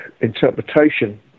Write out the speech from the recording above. interpretation